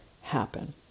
happen